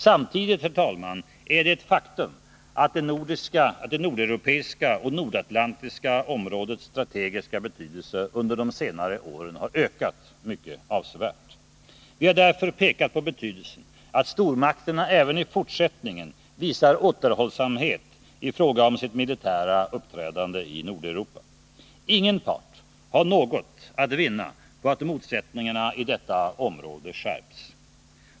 Samtidigt, herr talman, är det ett faktum att det nordeuropeiska och nordatlantiska områdets strategiska betydelse under de senare åren ökat avsevärt. Vi har därför pekat på betydelsen av att stormakterna även i fortsättningen visar återhållsamhet i fråga om sitt militära uppträdande i Nordeuropa. Ingen part har något att vinna på att motsättningarna i detta område skärps.